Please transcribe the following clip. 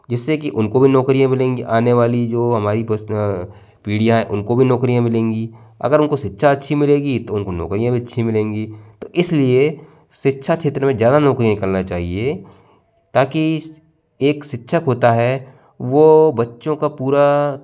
जिससे कि उनको भी नौकरियाँ मिलेंगी आने वाली जो हमारी पर्सनल पीढ़ियाँ हैं उनको भी नौकरियाँ मिलेंगी अगर उनको शिक्षा अच्छी मिलेगी तो उनको नौकरियां भी अच्छी मिलेंगी तो इसलिए शिक्षा क्षेत्र में ज्यादा नौकरियां निकालना चाहिए ताकि एक शिक्षक होता है वो बच्चों का पूरा